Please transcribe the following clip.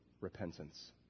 repentance